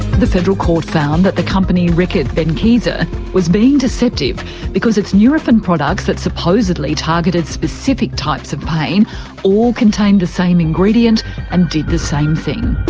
the federal court found that the company reckitt benckiser was being deceptive because its nurofen products that supposedly targeted specific types of pain all contained the same ingredient and did the same thing.